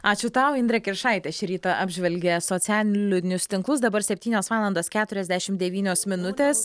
ačiū tau indrė kiršaitė šį rytą apžvelgė socialinius tinklus dabar septynios valandos keturiasdešim devynios minutės